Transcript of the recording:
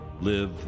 live